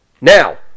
Now